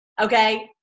Okay